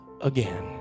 again